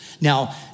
Now